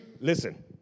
listen